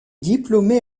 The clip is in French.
diplômé